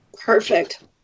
Perfect